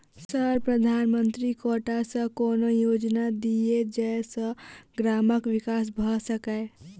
Sir प्रधानमंत्री कोटा सऽ कोनो योजना दिय जै सऽ ग्रामक विकास भऽ सकै?